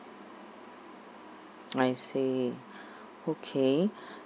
I see okay